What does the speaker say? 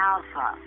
Alpha